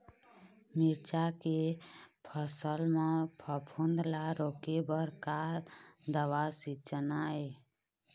मिरचा के फसल म फफूंद ला रोके बर का दवा सींचना ये?